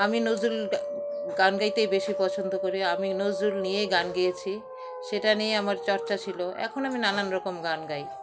আমি নজরুল গান গাইতেই বেশি পছন্দ করি আমি নজরুল নিয়েই গান গিয়েয়েছি সেটা নিয়েই আমার চর্চা ছিলো এখন আমি নানান রকম গান গাই